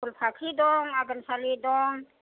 फुल फाख्रि दं आघोनसालि दं